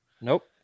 Nope